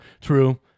True